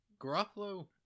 Garoppolo